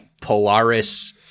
Polaris